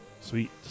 sweet